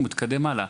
הוא מתקדם הלאה.